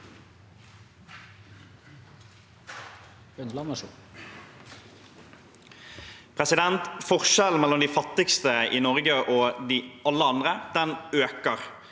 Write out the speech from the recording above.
Forskjel- len mellom de fattigste i Norge og alle andre øker.